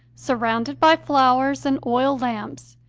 surrounded by flowers and oil lamps,